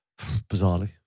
bizarrely